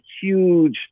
huge